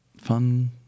fun